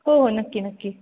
हो हो नक्की नक्की